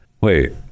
wait